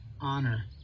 honor